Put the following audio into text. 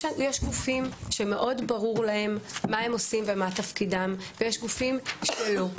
יש גופים שברור להם מאוד מה הם עושים ומה תפקידם ויש גופים שלא.